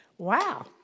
Wow